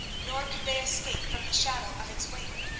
nor could they escape from the shadow of its wing.